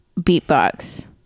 beatbox